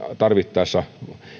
tarvittaessa